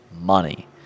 money